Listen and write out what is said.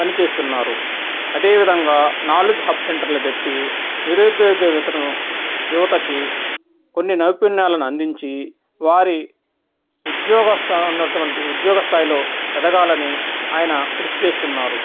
పనిచేస్తున్నారు అదేవిధంగా knowledge hub సెంటర్లు పెట్టి నిరుద్యోగ వేతనం యువతకి కొన్ని నైపుణ్యాలను అందించి వారి ఉద్యోగ స నటువంటి ఉద్యోగ స్థాయిలో ఎదగాలని ఆయన కృషి చేస్తున్నారు